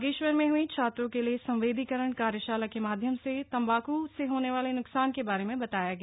बागेश्वर में हई छात्रों के लिए संवेदीकरण कार्यशाला के माध्यम से तंबाकू से होने वाले न्कसान के बारे में बताया गया